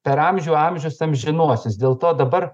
per amžių amžius amžinuosius dėl to dabar